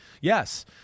yes